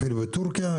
אפילו בטורקיה,